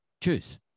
choose